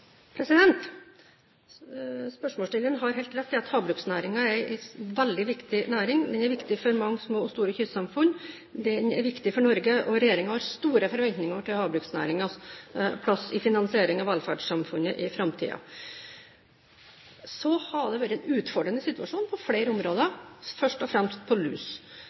har helt rett i at havbruksnæringen er en veldig viktig næring. Den er viktig for mange små og store kystsamfunn. Den er viktig for Norge, og regjeringen har store forventninger til havbruksnæringens plass i finansiering av velferdssamfunnet i framtiden. Så har det vært en utfordrende situasjon på flere områder, først og fremst når det gjelder lus.